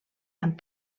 amb